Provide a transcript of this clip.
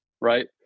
right